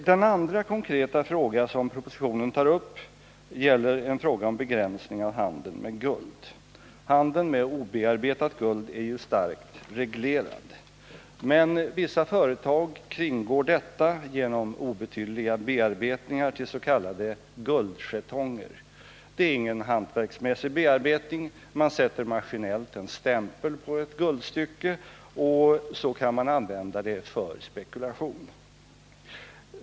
Den andra konkreta frågan som propositionen tar upp gäller begränsning av handeln med guld. Handeln med obearbetat guld är starkt reglerad, men vissa företag kringgår bestämmelserna genom obetydliga bearbetningar till s.k. guldjetonger. Det är ingen hantverksmässig bearbetning — man sätter maskinellt en stämpel på ett guldstycke och så kan man använda det för spekulation.